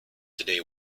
today